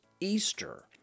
Easter